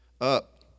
Up